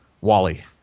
Wally